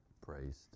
praised